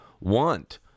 want